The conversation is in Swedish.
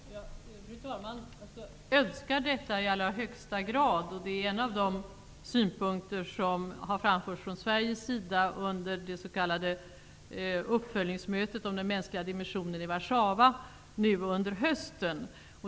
Fru talman! Jag önskar i allra högsta grad att det blir så. Det är en av de synpunkter som har framförts från Sveriges sida under det s.k. uppföljningsmötet om den mänskliga dimensionen i Warszawa under hösten.